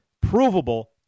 provable